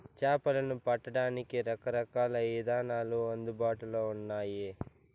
చేపలను పట్టడానికి రకరకాల ఇదానాలు అందుబాటులో ఉన్నయి